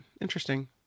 interesting